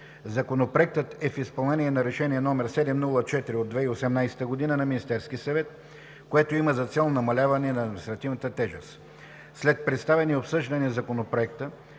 Законопроектът е в изпълнение на Решение № 704 от 2018 г. на Министерския съвет, което има за цел намаляване на административната тежест. След представяне и обсъждане на Законопроекта